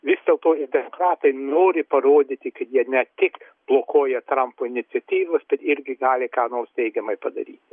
vis dėlto ir demokratai nori parodyti kad jie ne tik blokuoja trampo iniciatyvas bet irgi gali ką nors teigiamai padaryti